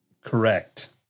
Correct